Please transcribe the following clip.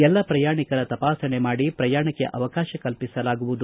ಎಲ್ಲಾ ಪ್ರಯಾಣಿಕರ ತಪಾಸಣೆ ಮಾಡಿ ಪ್ರಯಾಣಕ್ಕೆ ಅವಕಾಶ ಕಲ್ಪಿಸಲಾಗುತ್ತದೆ